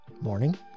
morning